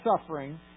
suffering